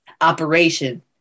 operation